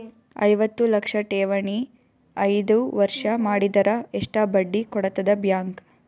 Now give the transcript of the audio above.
ಐವತ್ತು ಲಕ್ಷ ಠೇವಣಿ ಐದು ವರ್ಷ ಮಾಡಿದರ ಎಷ್ಟ ಬಡ್ಡಿ ಕೊಡತದ ಬ್ಯಾಂಕ್?